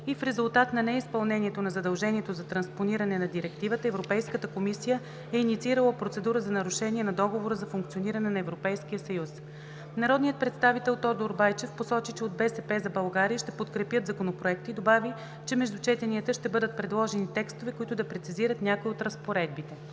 и в резултат на неизпълнението на задължението за транспониране на Директивата Европейската комисия е инициирала процедура за нарушение на Договора за функциониране на Европейския съюз. Народният представител Тодор Байчев посочи, че от „БСП за България“ ще подкрепят Законопроекта, и добави, че между четенията ще бъдат предложени текстове, които да прецизират някои от разпоредбите.